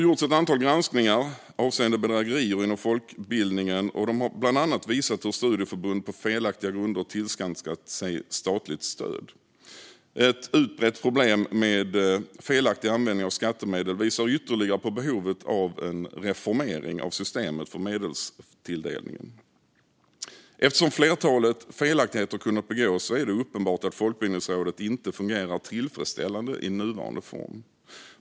Granskningar som gjorts avseende bedrägerier inom folkbildningen har bland annat visat hur studieförbund på felaktiga grunder tillskansat sig statligt stöd. Ett utbrett problem med felaktig användning av skattemedel visar ytterligare på behovet av en reformering av systemet för medelstilldelningen. Eftersom ett flertal felaktigheter kunnat begås är det uppenbart att Folkbildningsrådet inte fungerar tillfredsställande i nuvarande form.